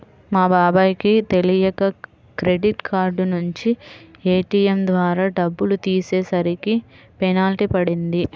మా బాబాయ్ కి తెలియక క్రెడిట్ కార్డు నుంచి ఏ.టీ.యం ద్వారా డబ్బులు తీసేసరికి పెనాల్టీ పడింది